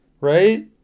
Right